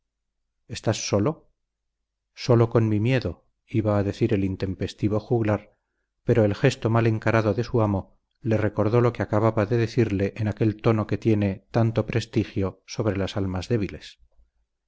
estás solo solo con mi miedo iba a decir el intempestivo juglar pero el gesto mal encarado de su amo le recordó lo que acababa de decirle en aquel tono que tiene tanto prestigio sobre las almas débiles